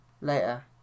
later